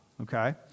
okay